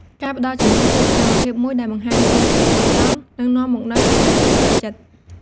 ការផ្តល់ជំនួយ ជាសកម្មភាពមួយដែលបង្ហាញពីចិត្តស្មោះត្រង់ និងនាំមកនូវសេចក្តីសុខផ្លូវចិត្ត។